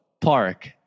Park